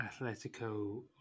Atletico